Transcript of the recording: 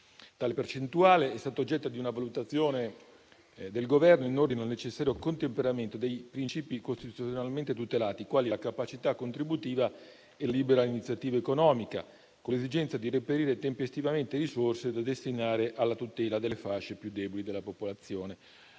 Tale percentuale è stata oggetto di una valutazione del Governo in ordine al necessario contemperamento dei principi costituzionalmente tutelati - quali la capacità contributiva e la libera iniziativa economica - con l'esigenza di reperire tempestivamente risorse da destinare alla tutela delle fasce più deboli della popolazione.